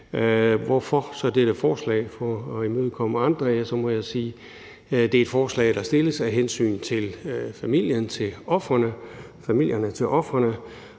Hvorfor så dette forslag? For at imødekomme andre må jeg sige, at det er et forslag, der er stillet af hensyn til familierne til ofrene,